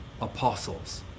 apostles